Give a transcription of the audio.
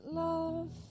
love